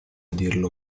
dirlo